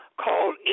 called